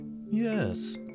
Yes